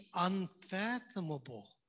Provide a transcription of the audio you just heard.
unfathomable